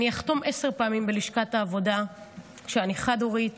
אני אחתום עשר פעמים בלשכת העבודה כשאני חד-הורית